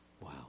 wow